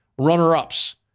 runner-ups